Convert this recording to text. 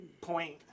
Point